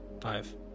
Five